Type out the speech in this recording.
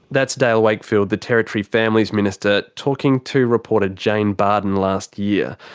that's dale wakefield, the territory families minister, talking to reporter jane bardon last year.